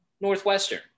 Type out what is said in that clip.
Northwestern